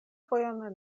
fojon